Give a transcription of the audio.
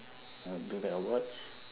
you want to bring back a watch